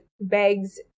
bags